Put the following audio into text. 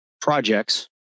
projects